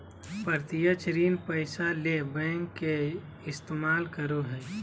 प्रत्यक्ष ऋण पैसा ले बैंक के इस्तमाल करो हइ